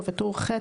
ובטור ח,